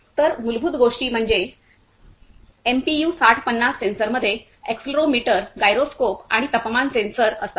तर मूलभूत गोष्टी म्हणजे एमपीयू 6050 सेन्सरमध्ये एक्सलेरोमीटर गायरोस्कोप आणि तापमान सेन्सर असतात